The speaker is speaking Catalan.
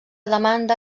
demanda